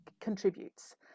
contributes